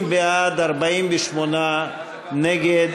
60 בעד, 48 נגד.